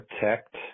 protect